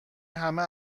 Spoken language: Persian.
همه